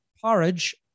porridge